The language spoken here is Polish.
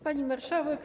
Pani Marszałek!